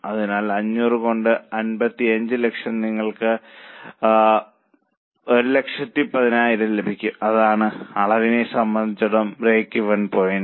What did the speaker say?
അതിനാൽ 500 കൊണ്ട് 55 ലക്ഷം നിങ്ങൾക്ക് 11000 ലഭിക്കും അതാണ് അളവിന് സംബന്ധിച്ചിടത്തോളം ബ്രേക്ക്ഈവൻ പോയിന്റ്